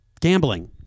gambling